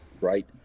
right